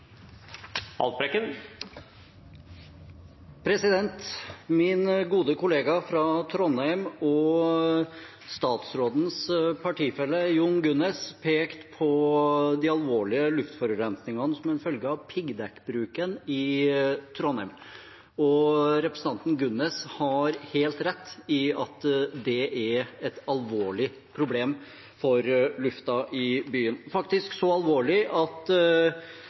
statsrådens partifelle Jon Gunnes pekte på den alvorlige luftforurensningen som en følge av piggdekkbruken i Trondheim. Representanten Gunnes har helt rett i at det er et alvorlig problem for lufta i byen – faktisk så alvorlig at